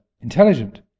intelligent